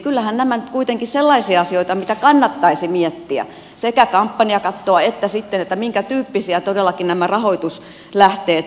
kyllähän nämä nyt kuitenkin sellaisia asioita ovat mitä kannattaisi miettiä sekä kampanjakattoa että sitten sitä minkätyyppisiä todellakin nämä rahoituslähteet ovat